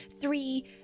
three